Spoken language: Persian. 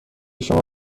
شما